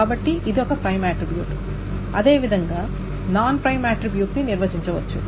కాబట్టి ఇది ఒక ప్రైమ్ ఆట్రిబ్యూట్ అదేవిదంగా నాన్ ప్రైమ్ ఆట్రిబ్యూట్ ని నిర్వచించవచ్చు